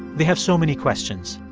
they have so many questions.